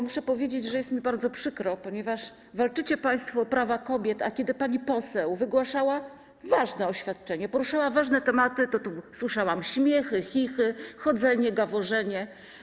Muszę powiedzieć, że jest mi bardzo przykro, ponieważ walczycie państwo o prawa kobiet, a kiedy pani poseł wygłaszała ważne oświadczenie, poruszyła ważne tematy, to tu słyszałam śmiechy, chichy, chodzenie, gaworzenie.